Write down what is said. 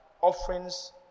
offerings